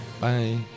Bye